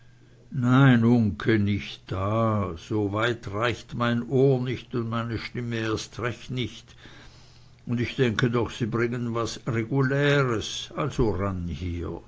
nein uncke nicht da so weit reicht mein ohr nicht und meine stimme erst recht nicht und ich denke doch sie bringen was was reguläres also ran